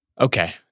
Okay